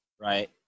right